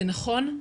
זה נכון,